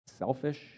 selfish